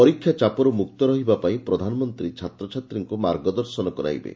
ପରୀକ୍ଷା ଚାପରୁ ମୁକ୍ତ ରହିବା ନେଇ ପ୍ରଧାନମନ୍ତୀ ଛାତ୍ରଛାତ୍ରୀଙ୍କୁ ମାର୍ଗଦର୍ଶନ କରାଇବେ